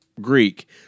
Greek